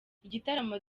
igitaramo